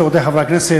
רבותי חברי הכנסת,